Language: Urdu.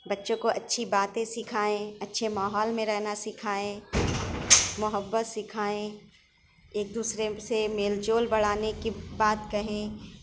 بچوں کو اچھی باتیں سکھائیں اچھے ماحول میں رہنا سکھائیں محبت سکھائیں ایک دوسرے سے میل جول بڑھانے کی بات کہیں